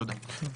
תודה.